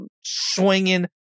swinging